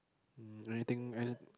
um anything any